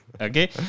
Okay